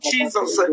Jesus